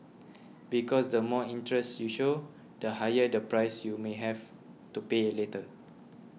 because the more interest you show the higher the price you may have to pay a later